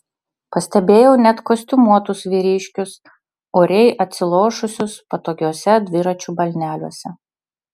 pastebėjau net kostiumuotus vyriškius oriai atsilošusius patogiuose dviračių balneliuose